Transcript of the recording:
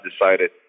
decided